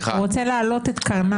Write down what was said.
הוא רוצה להעלות את קרנם.